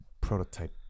prototype